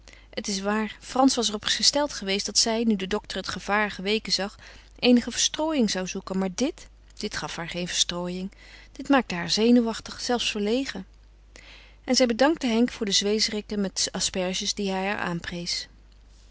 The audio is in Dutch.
het is waar frans was er op gesteld geweest dat zij nu de dokter het gevaar geweken zag eenige verstrooiing zou zoeken maar dit dit gaf haar geen verstrooiing dit maakte haar zenuwachtig zelfs verlegen en zij bedankte henk voor de zwezeriken met asperges die hij haar